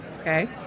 Okay